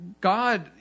God